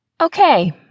Okay